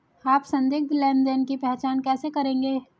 आप संदिग्ध लेनदेन की पहचान कैसे करेंगे?